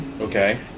Okay